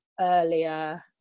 earlier